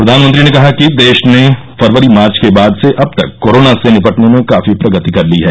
प्रधानमंत्री ने कहा कि देश ने फरवरी मार्च के बाद से अब तक कोरोना से निपटने में काफी प्रगति कर ली है